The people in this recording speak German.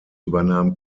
übernahm